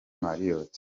marriott